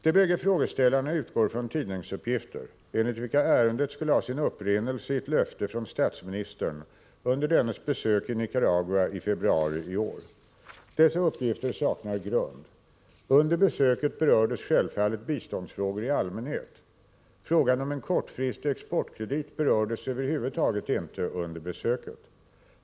De bägge frågeställarna utgår från tidningsuppgifter, enligt vilka ärendet skulle ha sin upprinnelse i ett löfte från statsministern under dennes besök i Nicaragua i februari i år. Dessa uppgifter saknar grund. Under besöket berördes självfallet biståndsfrågor i allmänhet. Frågan om en kortfristig exportkredit berördes över huvud taget inte under besöket.